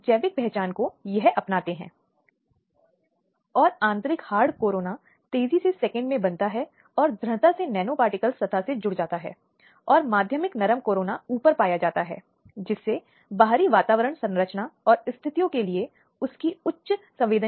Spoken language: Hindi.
न्यायिक बाल हितैषी तंत्र रिपोर्टिंग सबूतों की रिकॉर्डिंग जांच और नामित अदालतों आदि के माध्यम से अपराधों की त्वरित सुनवाई सहित हर चरण में बच्चे के हितों की रक्षा करें